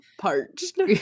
parched